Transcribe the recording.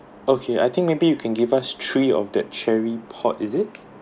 okay I think maybe you can give us three of the cherry pop is it